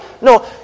No